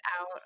out